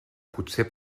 potser